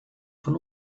von